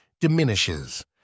diminishes